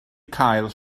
cael